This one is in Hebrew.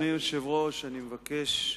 אדוני היושב-ראש, אני מבקש,